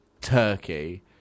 turkey